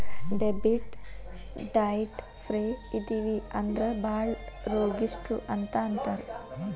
debit ಡೈಟ್ ಫ್ರೇ ಇದಿವಿ ಅಂದ್ರ ಭಾಳ್ ರೊಕ್ಕಿಷ್ಟ್ರು ಅಂತ್ ಅಂತಾರ